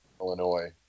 Illinois